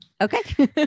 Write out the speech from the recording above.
Okay